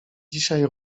dzisiaj